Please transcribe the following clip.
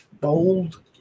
Bold